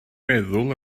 meddwl